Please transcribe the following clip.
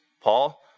Paul